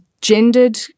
gendered